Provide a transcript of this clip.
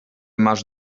masz